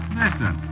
listen